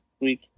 week